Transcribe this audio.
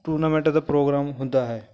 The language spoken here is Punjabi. ਟੂਰਨਾਮੈਂਟ ਦਾ ਪ੍ਰੋਗਰਾਮ ਹੁੰਦਾ ਹੈ